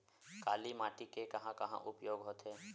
काली माटी के कहां कहा उपयोग होथे?